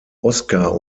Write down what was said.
oscar